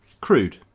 Crude